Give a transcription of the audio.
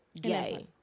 gay